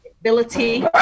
ability